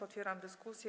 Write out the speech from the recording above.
Otwieram dyskusję.